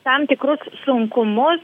tam tikrus sunkumus